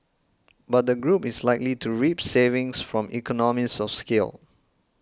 but the group is likely to reap savings from economies of scale